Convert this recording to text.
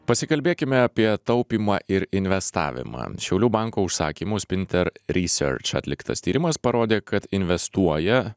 pasikalbėkime apie taupymą ir investavimą šiaulių banko užsakymu spinter research atliktas tyrimas parodė kad investuoja